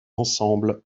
ensemble